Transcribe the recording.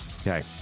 Okay